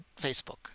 Facebook